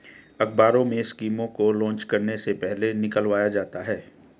अखबारों में स्कीमों को लान्च करने से पहले निकलवाया जाता है